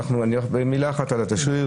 במילה אחת על התשריר,